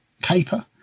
caper